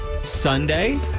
Sunday